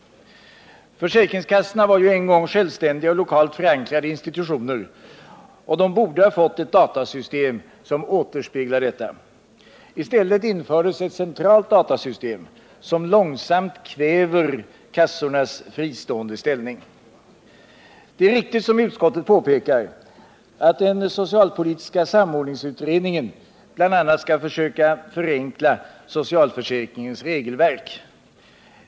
Försäkringskassorna var en gång självständiga och lokalt förankrade institutioner och borde ha fått ett datasystem som återspeglar detta. I stället infördes ett centralt datasystem, som långsamt kväver kassornas fristående ställning. Det är riktigt, som utskottet påpekar, att den socialpolitiska samordningsutredningen bl.a. skall söka förenkla socialförsäkringens regelverk.